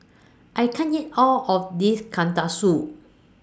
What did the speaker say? I can't eat All of This